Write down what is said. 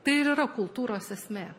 tai ir yra kultūros esmė